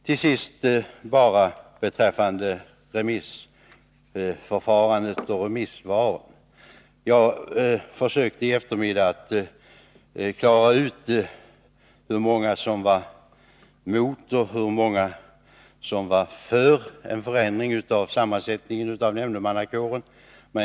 Till sist i fråga om remissvaren: Jag försökte i eftermiddags klara ut hur många remissinstanser som var mot och hur många som var för en förändring av sammansättningen av nämndemannakåren.